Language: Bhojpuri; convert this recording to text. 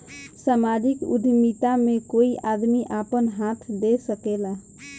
सामाजिक उद्यमिता में कोई आदमी आपन हाथ दे सकेला